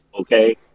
okay